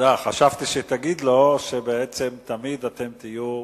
חשבתי שתגיד לו שבעצם תמיד אתם תהיו,